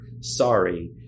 sorry